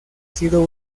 sido